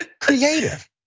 creative